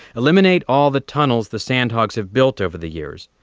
eliminate all the tunnels the sandhogs have built over the years,